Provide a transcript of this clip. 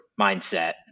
mindset